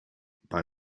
bei